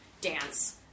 dance